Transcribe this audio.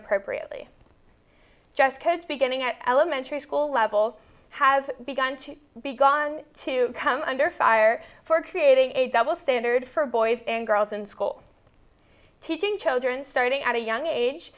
appropriately just because beginning at elementary school level has begun to be gong to come under fire for creating a double standard for boys and girls in school teaching children starting at a young age